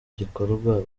gikorwa